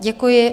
Děkuji.